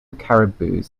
caribous